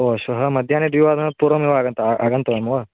ओ श्वः मध्याह्ने द्विवादनात् पूर्वमेव आगन्त आगन्तव्यं वा